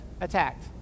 attacked